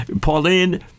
Pauline